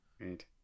Right